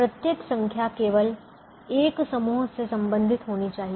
प्रत्येक संख्या केवल 1 समूह से संबंधित होनी चाहिए